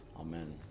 Amen